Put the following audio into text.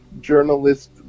journalist